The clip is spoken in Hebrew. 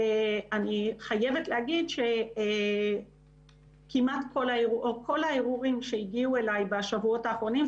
ואני חייבת להגיד שכמעט את כל הערעורים שהגיעו אליי בשבועות אחרונים,